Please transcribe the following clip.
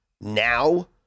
now